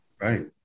Right